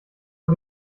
vor